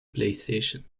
playstation